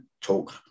talk